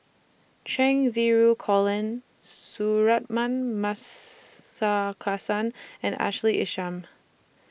Cheng Xinru Colin Suratman Markasan and Ashley Isham